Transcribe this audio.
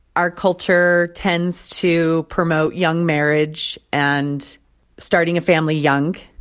our culture tends to promote young marriage and starting a family young,